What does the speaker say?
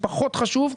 פחות חשוב.